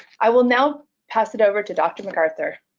i will now pass it over to dr. mcarthur.